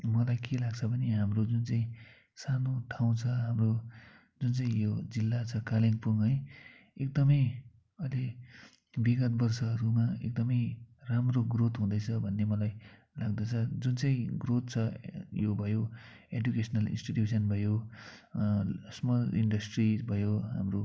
मलाई के लाग्छ भने हाम्रो जुन चाहिँ सानो ठाउँ छ हाम्रो जुन चाहिँ यो जिल्ला छ कालिम्पोङ है एकदमै अलि विगत वर्षहरूमा एकदमै राम्रो ग्रोथ हुँदैछ भन्ने मलाई लाग्दछ जुन चाहिँ ग्रोथ छ यो भयो एडुकेसनल इन्सटिट्युसन भयो स्मल इन्डस्ट्री भयो हाम्रो